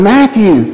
Matthew